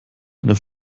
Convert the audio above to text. einer